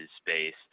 space